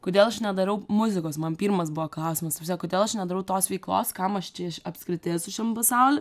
kodėl aš nedarau muzikos man pirmas buvo klausimas kodėl aš nedarau tos veiklos kam aš čia iš apskritai esu šiam pasauly